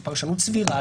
זו פרשנות סבירה,